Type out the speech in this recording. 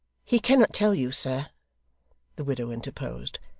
he cannot tell you, sir the widow interposed.